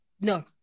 no